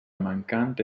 mancante